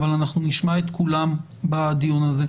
אבל אנחנו נשמע את כולם בדיון הזה.